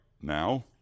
now